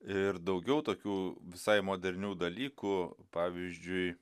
ir daugiau tokių visai modernių dalykų pavyzdžiui